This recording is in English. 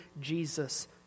Jesus